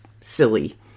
silly